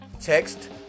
text